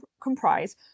comprise